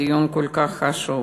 דיון כל כך חשוב.